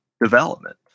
development